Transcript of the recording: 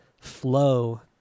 flow